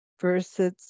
versus